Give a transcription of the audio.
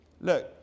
Look